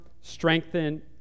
strengthen